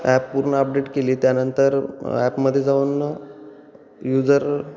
app पूर्ण update केली त्यानंतर ॲपमध्ये जाऊन युजर